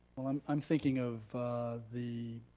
um um i'm thinking of the,